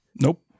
Nope